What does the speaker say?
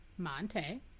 Monte